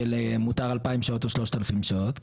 של אם מותר 2,000 שעות או 3,000 שעות,